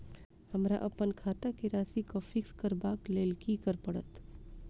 हमरा अप्पन खाता केँ राशि कऽ फिक्स करबाक लेल की करऽ पड़त?